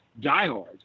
diehard